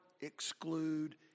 exclude